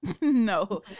No